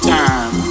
time